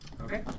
Okay